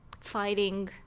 fighting